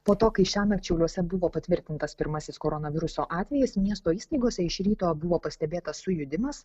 po to kai šiąnakt šiauliuose buvo patvirtintas pirmasis koronaviruso atvejis miesto įstaigose iš ryto buvo pastebėtas sujudimas